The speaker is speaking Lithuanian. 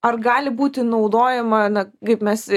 ar gali būti naudojama na kaip mes